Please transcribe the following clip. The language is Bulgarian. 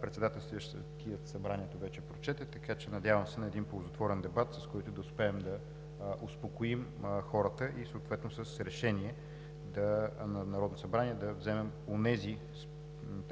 председателстващият Събранието вече прочете. Надявам се на един ползотворен дебат, с който да успеем да успокоим хората, и съответно с решение на Народното събрание да вземем онези